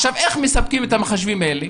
איך מספקים את המחשבים האלה?